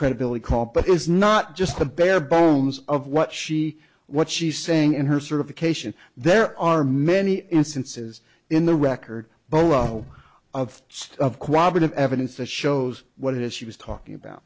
credibility call but it's not just the bare bones of what she what she's saying and her certification there are many instances in the record bow of state of quabbin of evidence that shows what it is she was talking about